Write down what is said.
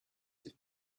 have